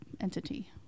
entity